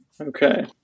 Okay